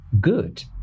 good